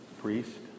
priest